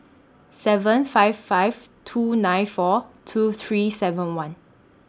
seven five five two nine four two three seven one